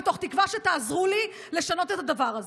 ואני מקווה שתעזרו לי לשנות את הדבר הזה.